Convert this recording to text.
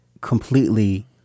completely